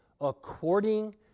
according